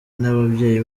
n’ababyeyi